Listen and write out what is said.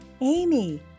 Amy